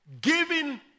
giving